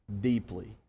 deeply